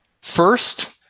first